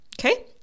okay